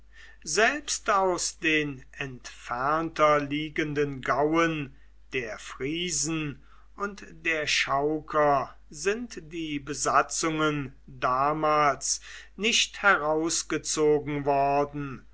selbst aus den entfernter liegenden gauen der friesen und der chauker sind die besatzungen damals nicht herausgezogen worden